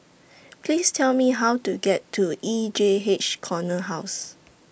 Please Tell Me How to get to E J H Corner House